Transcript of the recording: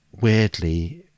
Weirdly